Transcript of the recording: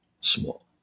small